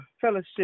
fellowship